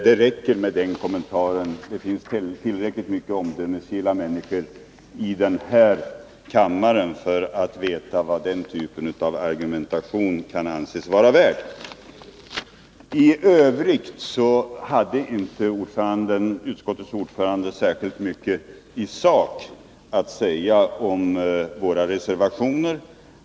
Det räcker med den kommentaren; det finns tillräckligt många omdömesgilla människor i den här kammaren som vet vad den typen av argumentation kan anses vara värd. I övrigt hade inte utskottets ordförande särskilt mycket i sak att säga om våra reservationer.